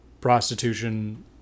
prostitution